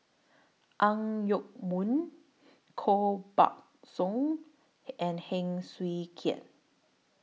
Ang Yoke Mooi Koh Buck Song and Heng Swee Keat